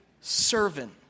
servant